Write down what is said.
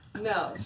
No